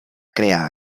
crear